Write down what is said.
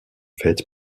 fête